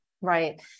Right